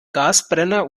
gasbrenner